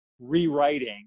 rewriting